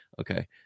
Okay